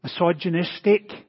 misogynistic